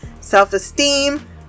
self-esteem